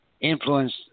influenced